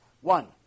One